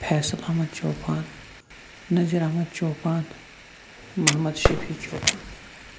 Faisal Ahmad Chopan Nazir Ahmad Chopan Mohammad Shafi Chopan